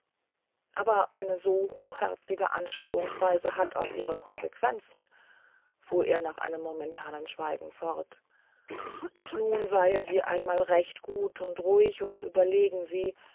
aber eine so hochherzige anschauungsweise hat auch ihre konsequenzen fuhr er nach einem momentanen schweigen fort und nun seien sie einmal recht gut und ruhig und überlegen sie